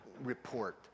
report